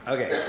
Okay